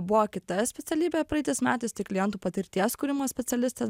buvo kita specialybė praeitais metais tai klientų patirties kūrimo specialistas